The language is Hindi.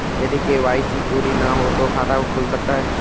यदि के.वाई.सी पूरी ना हो तो खाता खुल सकता है?